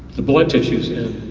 the blood tissues,